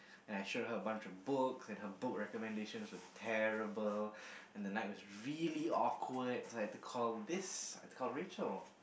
and I showed her a bunch of books and her book recommendations were terrible and the night was really awkward cause I have to call this I had to call rachel